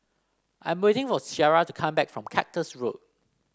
I'm waiting for Ciara to come back from Cactus Road